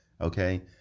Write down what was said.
Okay